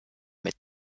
mit